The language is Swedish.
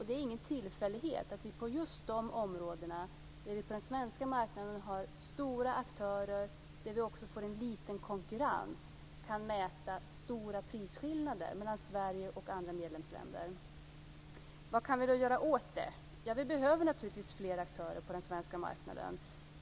Det är ingen tillfällighet att vi på just de områden där vi på den svenska marknaden har stora aktörer och får liten konkurrens kan se stora prisskillnader mellan Sverige och andra medlemsländer. Vad kan vi göra åt det? Vi behöver naturligtvis flera aktörer på den svenska marknaden.